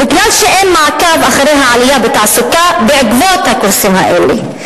ואין מעקב אחרי העלייה בתעסוקה בעקבות הקורסים האלה.